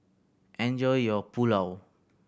enjoy your Pulao